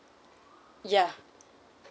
ya